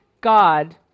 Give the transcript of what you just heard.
God